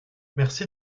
merci